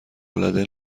العاده